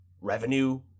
revenue